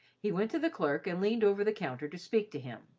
he went to the clerk and leaned over the counter to speak to him.